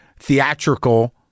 theatrical